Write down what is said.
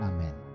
Amen